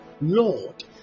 Lord